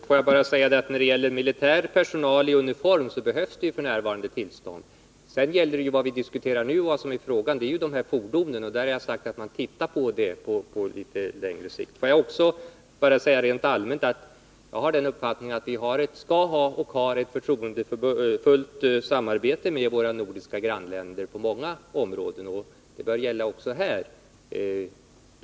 Herr talman! När det gäller militär personal i uniform behövs ju f. n. tillstånd. Vad vi diskuterar nu — och vad frågan gäller — är ju dessa fordon, och jag har sagt att vi ser på den saken på litet längre sikt. Rent allmänt vill jag säga att jag har den uppfattningen att vi skall ha — och har-— ett förtroendefullt samarbete med våra nordiska grannländer på många områden, och det bör gälla också här.